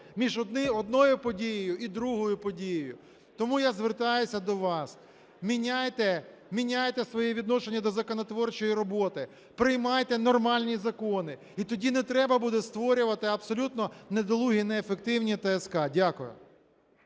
між одною подією і другою подією. Тому я звертаюся до вас: міняйте своє відношення до законотворчої роботи, приймайте нормальні закони і тоді не треба буде створювати абсолютно недолугі й неефективні ТСК. Дякую.